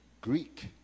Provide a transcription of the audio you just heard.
Greek